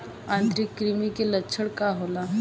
आंतरिक कृमि के लक्षण का होला?